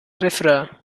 refrain